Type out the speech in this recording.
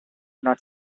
not